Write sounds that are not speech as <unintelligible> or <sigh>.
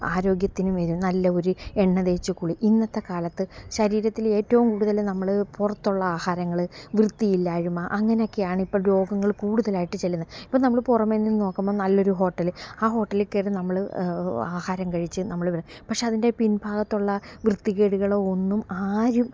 ആരോഗ്യത്തിന് വെറും നല്ല ഒരു എണ്ണ തേച്ച് കുളി ഇന്നത്തെ കാലത്ത് ശരീരത്തില് ഏറ്റവും കൂടുതല് നമ്മള് പുറത്തുള്ള ആഹാരങ്ങള് വൃത്തിയില്ലായ്മ അങ്ങനൊക്കെയാണ് ഇപ്പോള് രോഗങ്ങള് കൂടുതലായിട്ട് ചെല്ലുന്നെ ഇപ്പോള് നമ്മള് പുറമേ നിന്ന് നോക്കുമ്പോള് നല്ലൊരു ഹോട്ടല് ആ ഹോട്ടലില് കയറി നമ്മള് ആഹാരം കഴിച്ച് നമ്മള് <unintelligible> പക്ഷെ അതിന്റെ പിൻഭാഗത്തുള്ള വൃത്തികേടുകളോ ഒന്നും ആരും